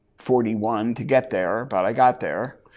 forty one to get there but i got there.